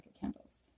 candles